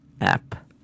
app